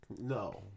No